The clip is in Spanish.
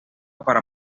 para